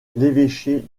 l’évêché